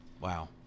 Wow